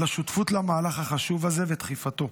על השותפות למהלך החשוב הזה ודחיפתו.